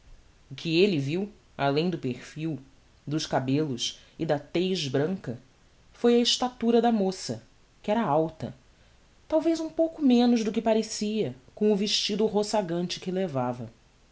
o que elle viu além do perfil dos cabellos e da tez branca foi a estatura da moça que era alta talvez um pouco menos do que parecia com o vestido roçagante que levava